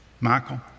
Michael